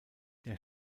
der